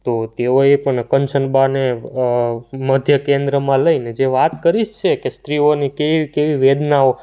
તો તેઓએ પણ કંચન બાને મધ્ય કેન્દ્રમાં લઈને જે વાત કરી છે કે સ્ત્રીઓની કેવી કેવી વેદનાઓ